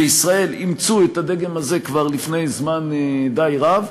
בישראל אימצו את הדגם הזה כבר לפני זמן די רב.